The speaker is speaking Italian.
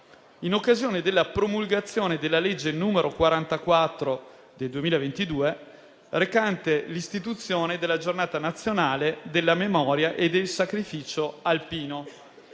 in occasione della promulgazione della legge n. 44 del 2022 recante l'istituzione della Giornata nazionale della memoria e del sacrificio alpino.